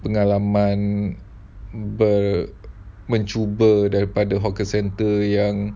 pengalaman mencuba daripada hawker centre yang